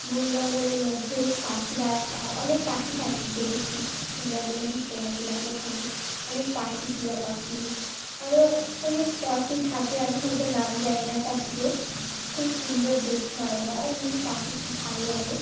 বন জঙ্গলের মধ্যে পাখিরা অনেক পাখি থাকে দেখেছি সুন্দরবনে ঘুরতে গিয়েছিলাম ওখানে অনেক পাখি টিয়া পাখি আরও অনেক পাখি থাকে আমি হয়তো নাম জানি না পাখিদের খুব সুন্দর দেখতে হয় ওরা আর এমনি পাখি খুব ভালো লাগে